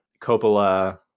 Coppola